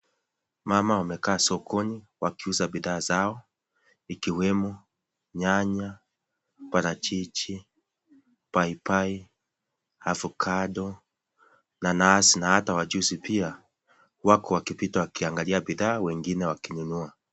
Mama wamekaa sokoni wakiuza bidhaa zao, ikiwemo nyanya, parachichi, paipai, avokado nanasi. Na hata wachuuzi pia, wako wakipita wakiangalia bidhaa wengine wakinunua.